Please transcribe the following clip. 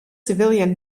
civilian